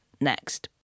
next